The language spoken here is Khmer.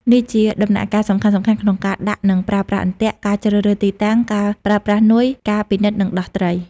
នេះជាដំណាក់កាលសំខាន់ៗក្នុងការដាក់និងប្រើប្រាស់អន្ទាក់ ការជ្រើសរើសទីតាំង ការប្រើប្រាស់នុយ ការពិនិត្យនិងដោះត្រី។